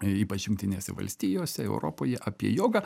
ypač jungtinėse valstijose europoje apie jogą